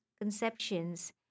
conceptions